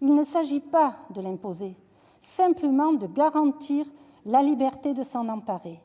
Il ne s'agit pas de l'imposer, mais simplement de garantir la liberté de s'en emparer.,